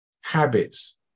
habits